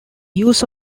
use